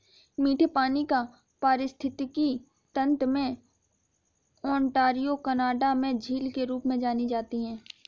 मीठे पानी का पारिस्थितिकी तंत्र में ओंटारियो कनाडा में झील के रूप में जानी जाती है